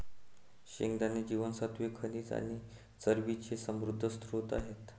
शेंगदाणे जीवनसत्त्वे, खनिजे आणि चरबीचे समृद्ध स्त्रोत आहेत